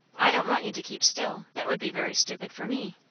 i don't want you to keep still that would be very stupid for me.